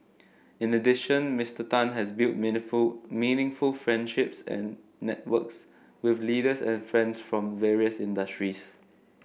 in addition Mister Tan has built meaningful meaningful friendships and networks with leaders and friends from various industries